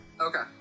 Okay